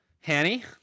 Hanny